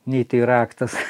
nei tai raktas